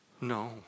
No